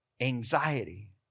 anxiety